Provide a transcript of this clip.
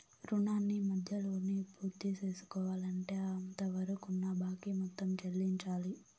రుణాన్ని మధ్యలోనే పూర్తిసేసుకోవాలంటే అంతవరకున్న బాకీ మొత్తం చెల్లించాలి